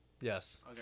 Yes